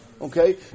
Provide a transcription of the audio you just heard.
Okay